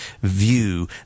view